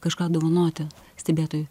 kažką dovanoti stebėtojui